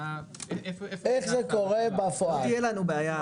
אין לו בעיה